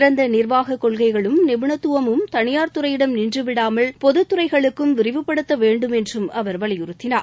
சிறந்த நிர்வாக கொள்கைகளும் நிபுணத்துவமும் தனியார் துறையிடம் நின்றுவிடாமல் பொதுத்துறைகளுக்கும் விரிவுப்படுத்தப்பட வேண்டும் என்றும் அவர் வலியுறுத்தினார்